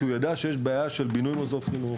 כי הוא ידע שיש בעיה של בינוי מוסדות חינוך,